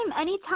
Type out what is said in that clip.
anytime